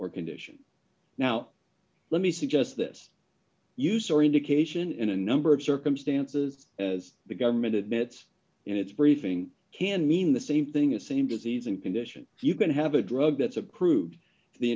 or condition now let me suggest this use or indication in a number of circumstances as the government admits and its briefing can mean the same thing a same disease and condition you can have a drug that's a crude the